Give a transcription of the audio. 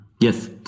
Yes